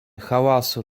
hałasu